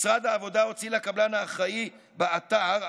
משרד העבודה הוציא לקבלן האחראי באתר,